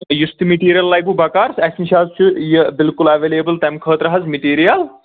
تۄہہِ یُس تہِ میٹیٖریَل لَگوٕ بَکار اَسہِ نِش آسہِ سُہ یہِ بِلکُل ایویلیبٕل تَمہِ خٲطرٕ حظ میٹیٖریَل